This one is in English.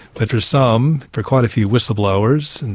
but for some, for quite a few whistleblowers, and